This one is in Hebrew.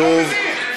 אני לא מבין.